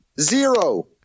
Zero